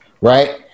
right